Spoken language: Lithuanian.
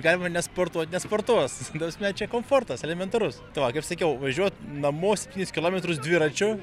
galima nesportuot nesportuos ta prasme čia komfortas elementarus tai va kaip sakiau važiuot namo septynis kilometrus dviračiu